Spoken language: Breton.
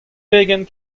pegen